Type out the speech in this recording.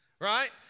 right